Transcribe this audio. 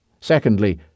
Secondly